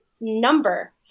number